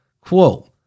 Quote